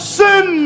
sin